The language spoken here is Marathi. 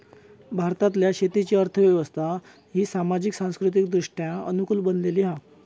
भारतातल्या शेतीची अर्थ व्यवस्था ही सामाजिक, सांस्कृतिकदृष्ट्या अनुकूल बनलेली हा